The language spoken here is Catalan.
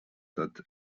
tots